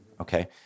okay